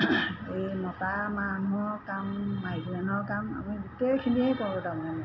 এই মতা মানুহৰ কাম মাইকী মানুহৰ কাম আমি গোটোৱেইখিনিয়ে কৰোঁ তাৰমানে মই